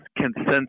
consensus